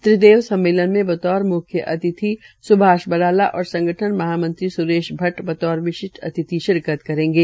त्रिदेव सम्मेलन में बतौर मुख्य अतिथि स्भाष बराला और संगठन महामंत्री सुरेश भट्ट बतौर विशिष्ठ अतिथि शिरकत करेंगे